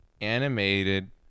animated